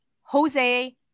Jose